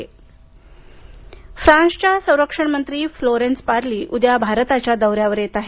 France मंत्री फ्रान्सच्या संरक्षण मंत्री फ्लोरेन्स पार्ली उद्या भारताच्या दौऱ्यावर येत आहेत